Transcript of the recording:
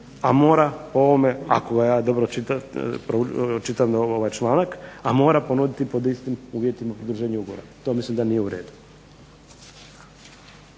a mora po ovome, ako ja dobro čitam ovaj članak, a mora ponuditi pod istim uvjetima produženje ugovora. To mislim da nije u redu.